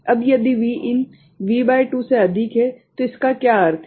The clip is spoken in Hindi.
अब यदि Vin V भागित 2 से अधिक है तो इसका क्या अर्थ है